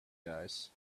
guys